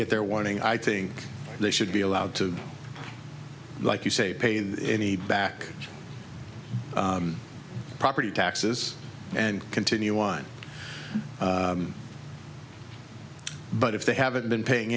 get their warning i think they should be allowed to like you say pay the any back property taxes and continue on but if they haven't been paying